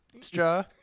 straw